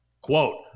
Quote